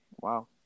Wow